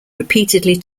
repeatedly